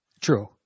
True